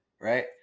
right